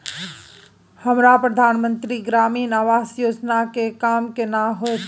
हमरा प्रधानमंत्री ग्रामीण आवास योजना के काम केना होतय?